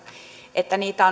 että niitä